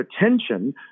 attention